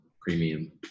premium